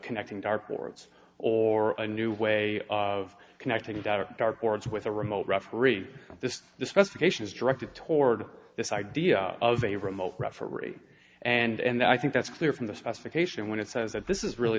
connecting dark boards or a new way of connecting to dart boards with a remote referee this is the specification is directed toward this idea of a remote referee and i think that's clear from the specification when it says that this is really